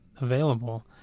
available